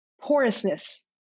porousness